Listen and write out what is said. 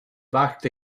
backed